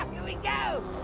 we go!